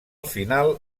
final